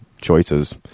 choices